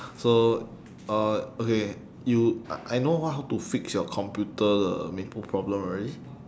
so uh okay you I I know how to fix your computer the maple problem already